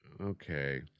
Okay